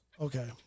Okay